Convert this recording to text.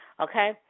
okay